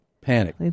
panic